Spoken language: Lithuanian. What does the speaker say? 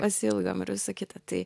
pasiilgom ir visa kita tai